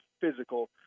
physical